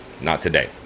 Not-today